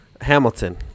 Hamilton